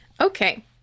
Okay